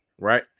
right